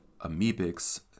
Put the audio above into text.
Amoebics